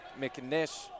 McNish